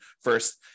first